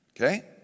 Okay